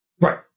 Right